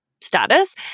status